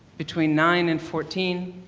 between nine and fourteen,